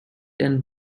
and